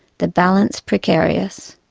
the balance precarious.